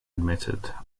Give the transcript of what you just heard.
admitted